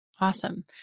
Awesome